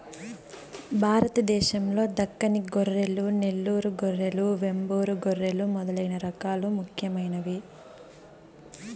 భారతదేశం లో దక్కని గొర్రెలు, నెల్లూరు గొర్రెలు, వెంబూరు గొర్రెలు మొదలైన రకాలు ముఖ్యమైనవి